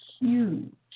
huge